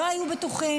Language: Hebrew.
לא היו בטוחים,